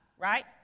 right